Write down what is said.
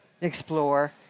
explore